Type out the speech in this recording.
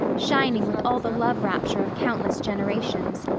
shining with all the love-rapture of countless generations,